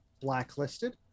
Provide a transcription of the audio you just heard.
blacklisted